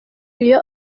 iyo